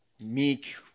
meek